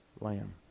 lamb